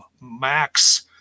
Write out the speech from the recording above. Max